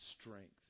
strength